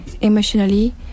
emotionally